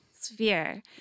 sphere